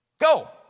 Go